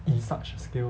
in such a scale